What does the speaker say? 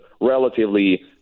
relatively